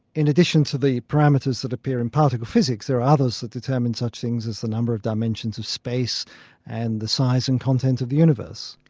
in addition to the parameters that appear in particle physics, there are others that determine such things as the number of dimensions of space and the size and content of the universe.